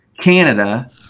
Canada